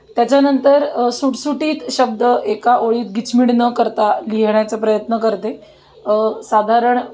त्याच्यानंतर सुटसुटीत शब्द एका ओळीत गिचमीड न करता लिहिण्याचा प्रयत्न करते साधारण